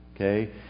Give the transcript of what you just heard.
Okay